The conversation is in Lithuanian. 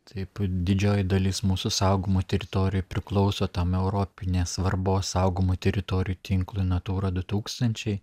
taip didžioji dalis mūsų saugomų teritorijų priklauso tam europinės svarbos saugomų teritorijų tinklui natūra du tūkstančiai